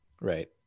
Right